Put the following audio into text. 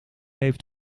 heeft